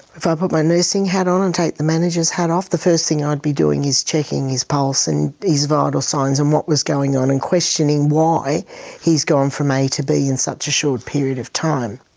if i put my nursing hat on and take the manager's hat off, the first thing i'd be doing is checking his pulse and his vital signs and what was going on and questioning why he's gone from a to b in such a short period of time.